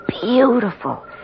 Beautiful